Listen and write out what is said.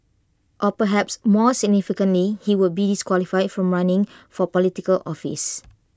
or perhaps more significantly he would be disqualified from running for Political office